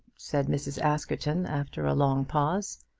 said mrs. askerton after a long pause.